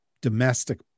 domestic